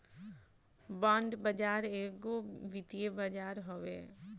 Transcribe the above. bond बाजार एगो वित्तीय बाजार हवे